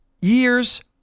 years